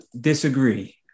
disagree